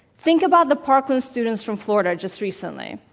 think about the parkland students from florida just recently.